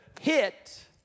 hit